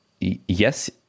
yes